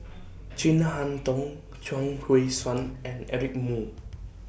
Chin Harn Tong Chuang Hui Tsuan and Eric Moo